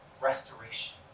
restoration